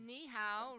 Nihao